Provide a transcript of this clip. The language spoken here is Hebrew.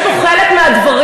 אתה חייב לעצור